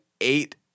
eight